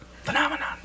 Phenomenon